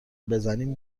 بزنیم